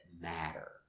matter